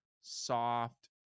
soft